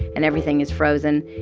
and everything is frozen.